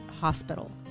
Hospital